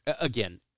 again